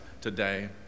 today